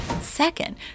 Second